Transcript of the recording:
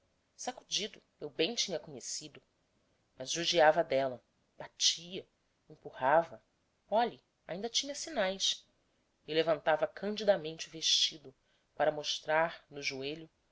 sacudido eu bem tinha conhecido mas judiava dela batia empurrava olhe ainda tinha sinais e levantava candidamente o vestido para mostrar no joelho